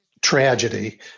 tragedy